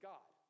God